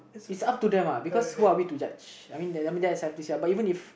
it's up to them ah because who are we to judge I mean that's all I have to say but even if